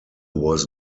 was